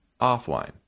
offline